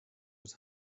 was